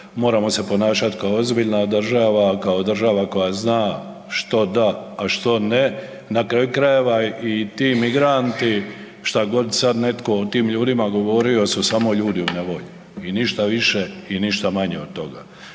moramo se ponašat' kao ozbiljna država, kao država koja zna što DA, a što NE, na kraju krajeva i ti migranti, šta god sad netko o tim ljudima govorio, su samo ljudi u nevolji, i ništa više, i ništa manje od toga,